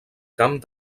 camp